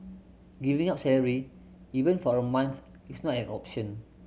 giving up salary even for a month is not an option